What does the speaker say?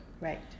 Right